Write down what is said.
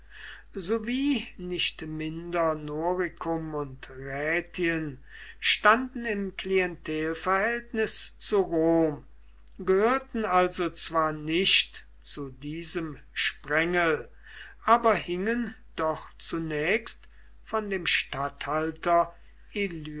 sowie nicht minder noricum und rätien standen im klientelverhältnis zu rom gehörten also zwar nicht zu diesem sprengel aber hingen doch zunächst von dem statthalter